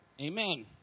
Amen